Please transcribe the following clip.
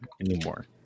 anymore